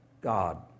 God